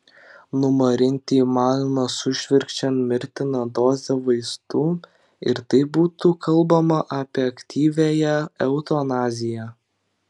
numarinti įmanoma sušvirkščiant mirtiną dozę vaistų ir tai būtų kalbama apie aktyviąją eutanaziją